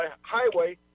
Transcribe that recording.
highway